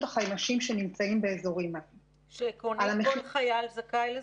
החיימ"שים שנמצאים --- כל חייל זכאי לזה?